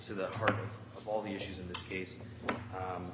to the heart of all the issues in this case